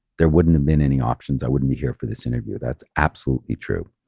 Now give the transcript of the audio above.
there wouldn't have been any options. i wouldn't be here for this interview. that's absolutely true.